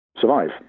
survive